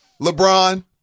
LeBron